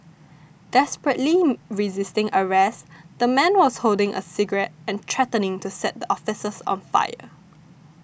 desperately resisting arrest the man was holding a cigarette and threatening to set the officers on fire